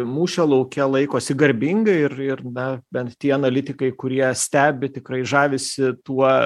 mūšio lauke laikosi garbingai ir ir na bent tie analitikai kurie stebi tikrai žavisi tuo